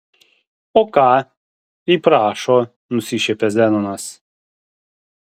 o ką jei prašo nusišiepia zenonas